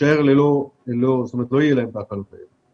לא יהיו ההקלות האלה,